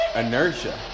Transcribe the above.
inertia